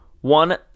one